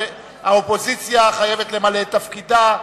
האופוזיציה חייבת למלא את תפקידה.